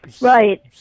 right